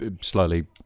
slowly